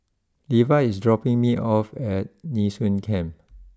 Leva is dropping me off at Nee Soon Camp